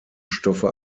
stoffe